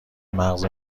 مغز